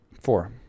Four